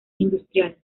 industrial